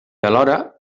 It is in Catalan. alhora